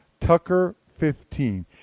Tucker15